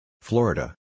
Florida